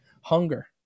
hunger